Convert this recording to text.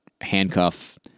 handcuff